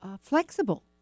flexible